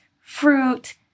fruit